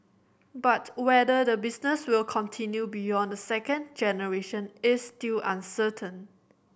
but whether the business will continue beyond the second generation is still uncertain